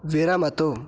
विरमतु